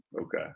Okay